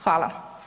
Hvala.